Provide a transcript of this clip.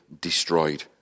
destroyed